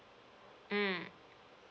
mm